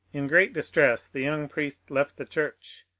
in great distress the young priest left the church.